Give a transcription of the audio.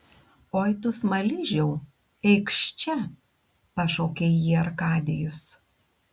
oi tu smaližiau eikš čia pašaukė jį arkadijus